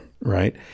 right